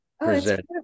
present